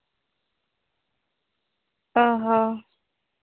ᱚᱸᱻ ᱦᱚᱸ